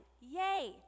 Yay